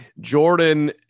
Jordan